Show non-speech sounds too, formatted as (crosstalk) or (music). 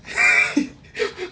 (laughs)